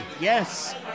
Yes